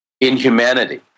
inhumanity